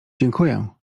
dziękuję